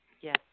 Yes